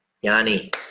Yanni